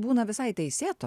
būna visai teisėtos